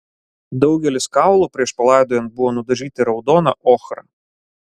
daugelis kaulų prieš palaidojant buvo nudažyti raudona ochra